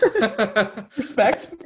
Respect